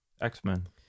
x-men